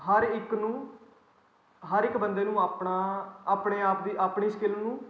ਹਰ ਇੱਕ ਨੂੰ ਹਰ ਇੱਕ ਬੰਦੇ ਨੂੰ ਆਪਣਾ ਆਪਣੇ ਆਪ ਦੀ ਆਪਣੀ ਸਕਿਲ ਨੂੰ